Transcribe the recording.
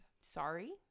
Sorry